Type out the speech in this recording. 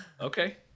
Okay